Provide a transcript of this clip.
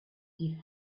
die